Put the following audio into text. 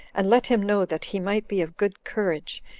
and let him know that he might be of good courage,